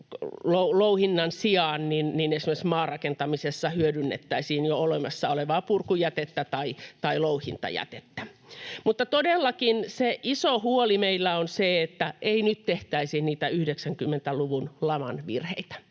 louhinnan sijaan esimerkiksi maarakentamisessa hyödynnettäisiin jo olemassa olevaa purkujätettä tai louhintajätettä. Mutta todellakin se iso huoli meillä on se, että ei nyt tehtäisi niitä 90-luvun laman virheitä,